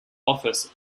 office